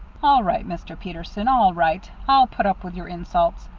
all right, mister peterson all right. i'll put up with your insults.